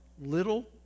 little